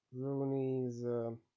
Rooney's